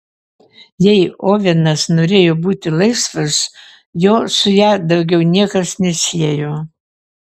jei ovenas norėjo būti laisvas jo su ja daugiau niekas nesiejo